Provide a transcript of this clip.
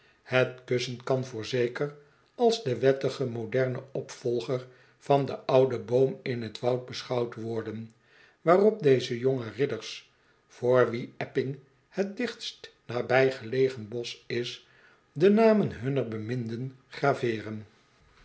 hot kussen kan voorzeker als de wettige moderne opvolger van den ouden boom in t woud beschouwd worden waarop deze jonge ridders voor wie epping het dichtst nabijgelegen bosch is de namen hunner beminden